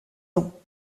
ans